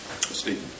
Stephen